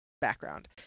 background